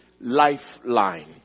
lifeline